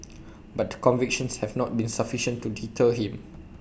but the convictions have not been sufficient to deter him